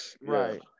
right